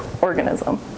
organism